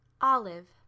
Olive